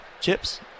chips